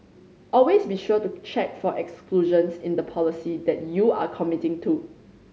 always be sure to check for exclusions in the policy that you are committing to